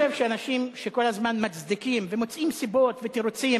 אני חושב שאנשים שכל הזמן מצדיקים ומוצאים סיבות ותירוצים